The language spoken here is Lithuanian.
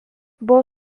buvo